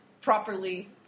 properly